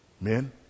Men